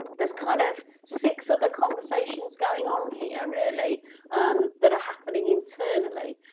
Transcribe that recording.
there's kind of six other conversations going on here really that are happening internally.